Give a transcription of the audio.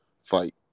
fight